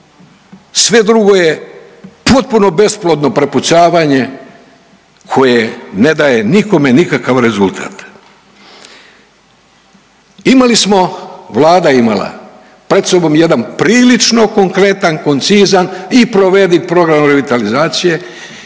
sve drugo je potpuno besplodno prepucavanje koje ne daje nikome nikav rezultat. Imali smo, Vlada je imala pred sobom jedan prilično konkretan, koncizan i provediv program revitalizacije